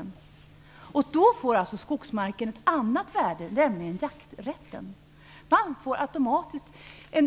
I och med jakträtten får alltså skogsmarken ett annat värde. Man får automatiskt